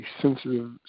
sensitive